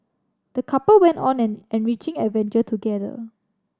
the couple went on an enriching adventure together